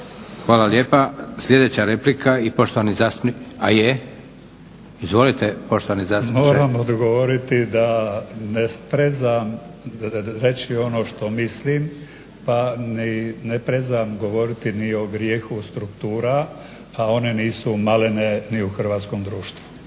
zastupničke. **Grubišić, Ivan (Nezavisni)** Moram odgovoriti da ne prezam reći ono što mislim, pa ni ne prezam govoriti ni o grijehu struktura, a one nisu malene ni u hrvatskom društvu.